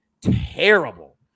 Terrible